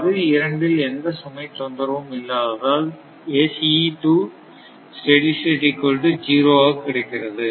பகுதி இரண்டில் எந்த சுமை தொந்தரவும் இல்லாததால் ஆக கிடைக்கிறது